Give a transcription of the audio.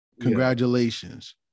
Congratulations